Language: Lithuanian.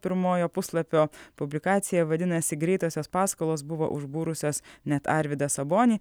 pirmojo puslapio publikacija vadinasi greitosios paskolos buvo užbūrusios net arvydą sabonį